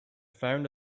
found